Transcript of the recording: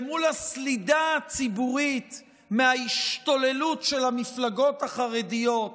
למול הסלידה הציבורית מההשתוללות של המפלגות החרדיות,